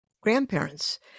grandparents